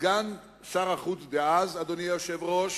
סגן שר החוץ דאז, אדוני היושב-ראש,